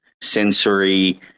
sensory